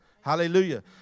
Hallelujah